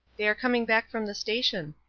they are coming back from the station.